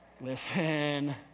Listen